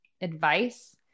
advice